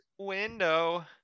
window